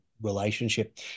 relationship